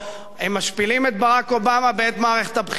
הם משפילים את ברק אובמה בעת מערכת הבחירות,